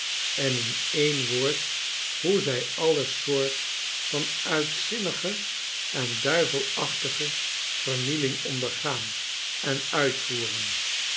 en in een woord hoe zij alle soort vanuitzinnige en duivelachtige vernieling ondergaan en uitvoeren